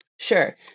Sure